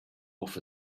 off